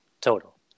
total